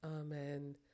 Amen